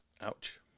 Ouch